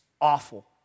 Awful